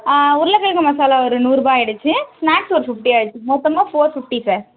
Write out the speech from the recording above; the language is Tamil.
உருளக்கிழங்கு மசாலா ஒரு நூறுபா ஆகிடுச்சு ஸ்நாக்ஸ் ஒரு ஃபிஃப்ட்டி ஆகிடுச்சு மொத்தமாக ஃபோர் ஃபிஃப்ட்டி சார்